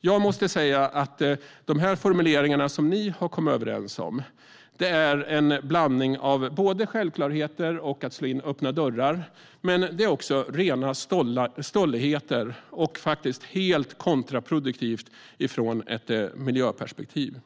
Jag måste säga att de formuleringar som ni har kommit överens om är en blandning av självklarheter och att slå in öppna dörrar, men det är också rena stolligheter och helt kontraproduktivt utifrån ett miljöperspektiv.